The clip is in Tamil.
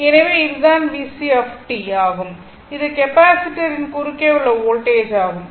எனவே இது தான் VC ஆகும் இது கெப்பாசிட்டரின் குறுக்கே உள்ள வோல்டேஜ் ஆகும்